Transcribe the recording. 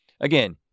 again